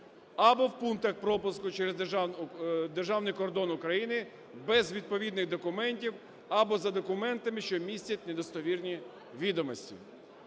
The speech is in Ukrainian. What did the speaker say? або в пунктах пропуску через державний кордон України без відповідних документів, або за документами, що містять недостовірні відомості.